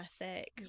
ethic